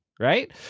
right